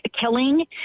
killing